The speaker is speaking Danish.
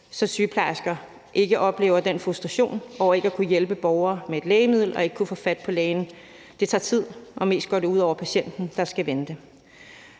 så sygeplejersker ikke oplever en frustration over ikke at kunne hjælpe borgere med et lægemiddel og ikke kunne få fat på lægen. Det tager tid, og det går mest ud over patienten, der skal vente.